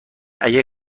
اگر